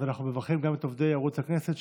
אז אנחנו מברכים גם את עובדי ערוץ הכנסת,